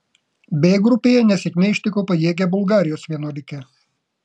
b grupėje nesėkmė ištiko pajėgią bulgarijos vienuolikę